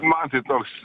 man tai toks